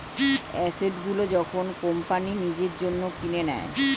asset গুলো যখন company নিজের জন্য কিনে নেয়